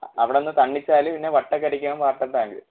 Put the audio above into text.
അവിടുന്ന് തണ്ണിച്ചാൽ പിന്നെ വട്ടക്കരിക്കകം വാട്ടർ ടാങ്ക്